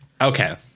Okay